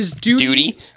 Duty